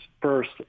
first